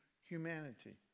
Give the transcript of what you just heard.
humanity